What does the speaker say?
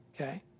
okay